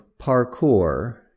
parkour